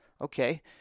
okay